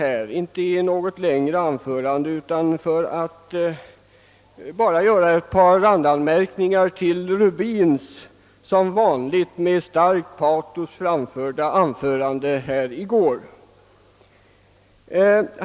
Även i u-landsfrågan vill jag göra ett par randanmärkningar, här till herr Rubins som vanligt av starkt patos präg lade anförande i går.